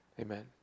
Amen